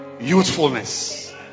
Youthfulness